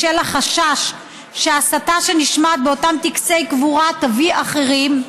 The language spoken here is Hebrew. בשל החשש שההסתה שנשמעת באותם טקסי קבורה תביא אחרים,